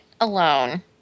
alone